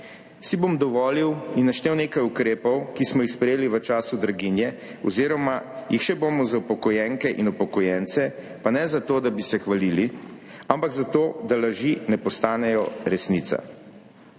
Si bom dovolil in naštel nekaj ukrepov, ki smo jih sprejeli v času draginje oziroma jih še bomo za upokojenke in upokojence, pa ne zato, da bi se hvalili, ampak zato, da laži ne postanejo resnica.